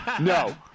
no